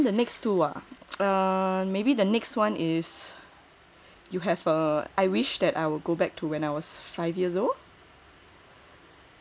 and then the next two ah err maybe the next one is you have err I wish that I will go back to when I was five years old